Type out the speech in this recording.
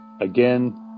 Again